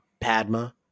Padma